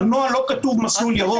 בנוהל לא כתוב מסלול ירוק.